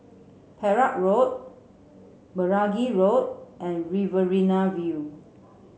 Perak Road Meragi Road and Riverina View